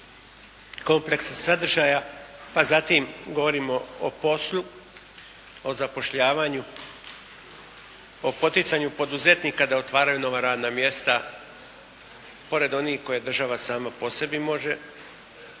kompleksa sadržaja a zatim govorimo o poslu, o zapošljavanju, o poticanju poduzetnika da otvaraju nova radna mjesta pored onih koje država sama po sebi može.